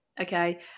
Okay